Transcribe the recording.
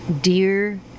dear